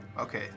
Okay